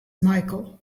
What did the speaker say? michael